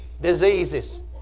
diseases